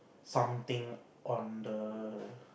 something on the